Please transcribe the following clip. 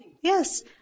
Yes